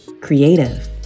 creative